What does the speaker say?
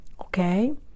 Okay